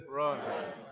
Run